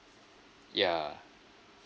ya